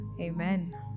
amen